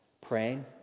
praying